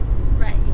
Right